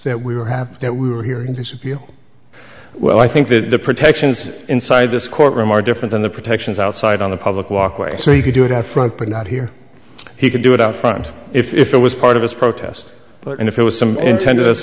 that we were happy that we were hearing this appeal well i think that the protections inside this courtroom are different than the protections outside on a public walkway so you could do it out front but not here he could do it out front if it was part of his protest and if it was some intended us